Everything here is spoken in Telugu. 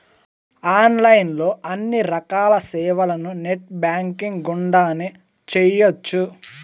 ఆన్లైన్ లో అన్ని రకాల సేవలను నెట్ బ్యాంకింగ్ గుండానే చేయ్యొచ్చు